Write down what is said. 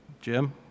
jim